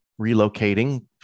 relocating